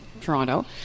Toronto